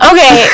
Okay